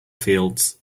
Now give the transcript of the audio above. fields